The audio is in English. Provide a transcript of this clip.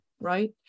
right